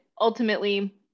ultimately